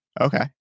Okay